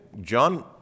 John